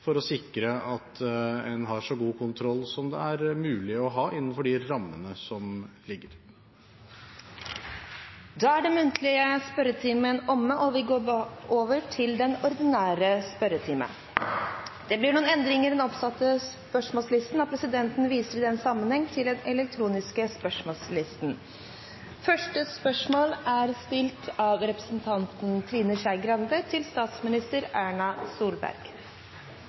for å sikre at en har så god kontroll som det er mulig å ha innenfor de rammene som ligger. Da er den muntlige spørretimen omme, og vi går over til den ordinære spørretimen. Det blir noen endringer i den oppsatte spørsmålslisten, og presidenten viser i den sammenheng til den elektroniske spørsmålslisten. Endringene var som følger: Spørsmål 3, fra representanten Jan Bøhler til kommunal- og moderniseringsministeren, er overført til